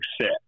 set